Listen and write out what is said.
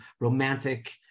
romantic